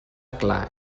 clar